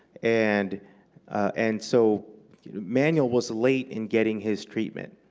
and and so emanuel was late in getting his treatment,